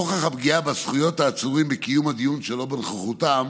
נוכח הפגיעה בזכויות העצורים בקיום הדיון שלא בנוכחותם